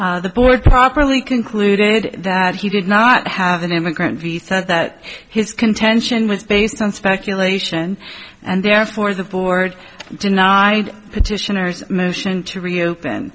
the board properly concluded that he did not have an immigrant he said that his contention was based on speculation and therefore the board denied titian or motion to reopen